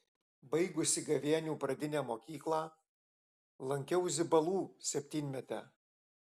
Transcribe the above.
baigusi gavėnių pradinę mokyklą lankiau zibalų septynmetę